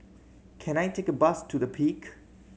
can I take a bus to The Peak